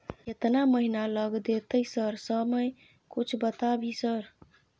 केतना महीना लग देतै सर समय कुछ बता भी सर?